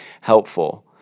helpful